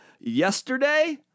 Yesterday